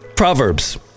Proverbs